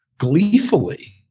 gleefully